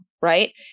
right